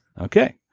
Okay